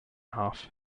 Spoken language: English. half